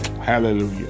Hallelujah